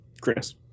Chris